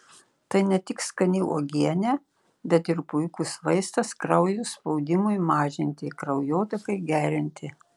tai ne tik skani uogienė bet ir puikus vaistas kraujo spaudimui mažinti kraujotakai gerinti